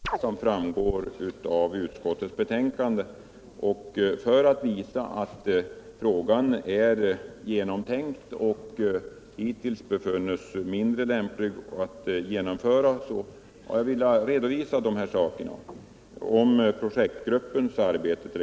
Herr talman! Frågan om det skall införas skärpning av lagfartsplikten har prövats i flera sammanhang. Det var det jag ville referera till, vilket också framgår av utskottsbetänkandet. För att visa att ärendet är genomtänkt och att förslaget hittills har befunnits mindre lämpligt att genomföra har jag velat redovisa dessa saker, t.ex. projektgruppens arbete.